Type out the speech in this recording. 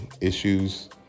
issues